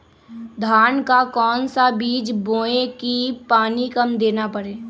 धान का कौन सा बीज बोय की पानी कम देना परे?